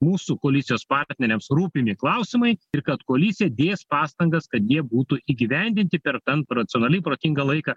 mūsų koalicijos partneriams rūpimi klausimai ir kad koalicija dės pastangas kad jie būtų įgyvendinti per ten racionaliai protingą laiką